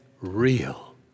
real